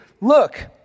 look